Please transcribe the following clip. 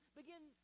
begin